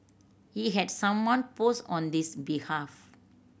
he had someone post on this behalf